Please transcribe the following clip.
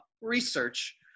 research